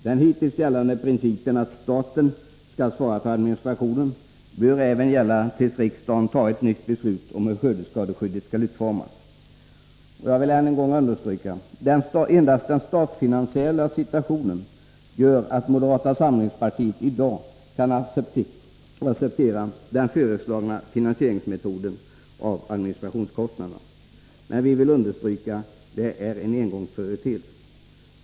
Den hittills gällande principen att staten skall svara för administrationen bör gälla tills riksdagen har fattat ett nytt beslut om hur skördeskadeskyddet skall utformas. Jag vill än en gång understryka: Endast den statsfinansiella situationen motiverar att moderata samlingspartiet i dag kan acceptera den föreslagna metoden för finansiering av administrationskostnaderna, och vi vill poängtera att det är en engångsföreteelse.